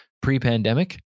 pre-pandemic